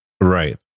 right